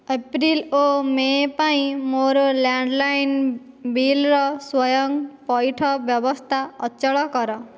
April ଓ May' ପାଇଁ ମୋର ଲ୍ୟାଣ୍ଡ୍ଲାଇନ୍ ବିଲ୍ ର ସ୍ଵୟଂ ପଇଠ ବ୍ୟବସ୍ଥା ଅଚଳ କର